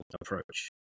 Approach